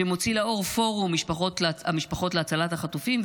שמוציא לאור פורום המשפחות להצלת החטופים,